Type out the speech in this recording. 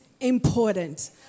important